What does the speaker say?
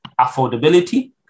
affordability